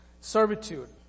servitude